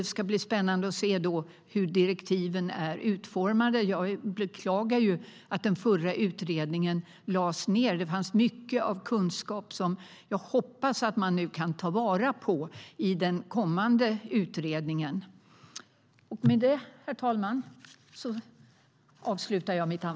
Det ska bli spännande att se hur direktiven är utformade. Jag beklagar att den förra utredningen lades ned. Det fanns mycket kunskap som jag hoppas att man kan ta vara på i den kommande utredningen.